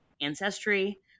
ancestry